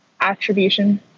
attribution